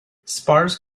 sparse